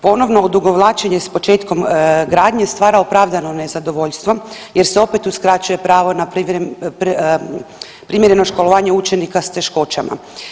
Ponovno odugovlačenje s početkom gradnje stvara opravdano nezadovoljstvo jer se opet uskraćuje pravo na primjereno školovanje učenika s teškoćama.